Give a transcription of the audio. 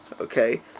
Okay